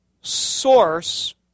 source